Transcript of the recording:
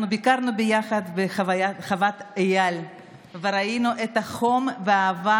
ביקרנו ביחד בחוות אייל וראינו את החום והאהבה